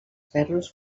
ferros